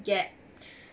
get